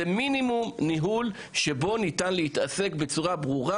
זה מינימום ניהול שבו ניתן להתעסק בצורה ברורה,